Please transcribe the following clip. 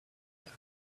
tent